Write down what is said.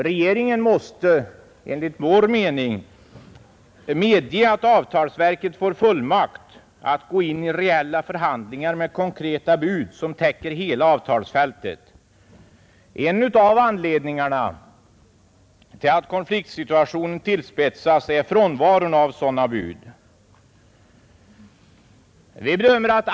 Regeringen måste enligt vår mening medge att avtalsverket får fullmakt att gå in i reella förhandlingar med konkreta bud, som täcker hela avtalsfältet. En av anledningarna till att konfliktsituationen tillspetsats är frånvaron av sådana bud.